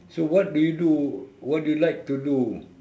so what do you do what do you like to do